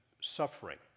suffering